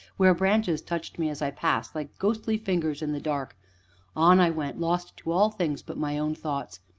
where branches touched me, as i passed, like ghostly fingers in the dark on i went, lost to all things but my own thoughts.